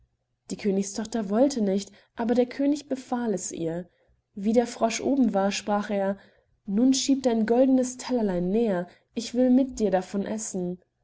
die königstochter wollte nicht aber der könig befahl es ihr wie der frosch oben war sprach er nun schieb dein goldenes tellerlein näher ich will mit dir davon essen